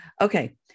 Okay